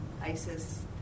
ISIS